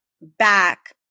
back